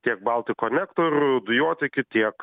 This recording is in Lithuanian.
tiek baltik konektor dujotiekių tiek